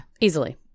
Easily